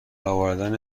آوردن